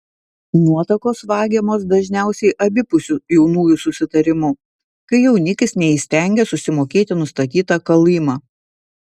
nuotakos vagiamos dažniausiai abipusiu jaunųjų susitarimu kai jaunikis neįstengia sumokėti nustatytą kalymą